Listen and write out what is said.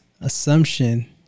assumption